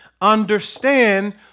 understand